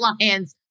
Lions